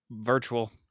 virtual